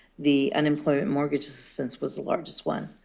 the unemployment mortgage assistance was the largest one.